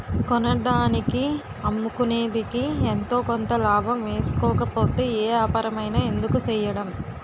కొన్నదానికి అమ్ముకునేదికి ఎంతో కొంత లాభం ఏసుకోకపోతే ఏ ఏపారమైన ఎందుకు సెయ్యడం?